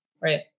Right